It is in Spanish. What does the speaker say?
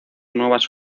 nuevas